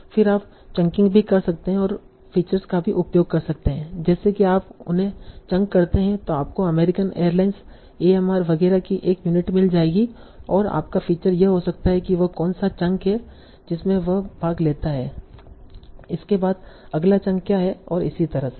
और फिर आप चंकिंग भी कर सकते हैं और फीचर्स का भी उपयोग कर सकते हैं जैसे कि आप उन्हें चंक करते हैं तो आपको अमेरिकन एयरलाइंस एएमआर वगैरह की एक यूनिट मिल जाएगी और आपका फीचर यह हो सकता है कि वह कौन सा चंक है जिसमें वह भाग लेता है कि इसके बाद अगला चंक क्या है और इसी तरह से